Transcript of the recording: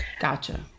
Gotcha